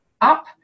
up